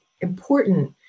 important